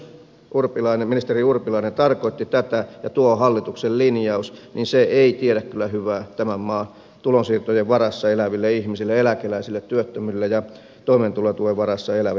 ja jos ministeri urpilainen tarkoitti tätä ja tuo on hallituksen linjaus niin se ei tiedä kyllä hyvää tämän maan tulonsiirtojen varassa eläville ihmisille eläkeläisille työttömille ja toimeentulotuen varassa eläville kansalaisille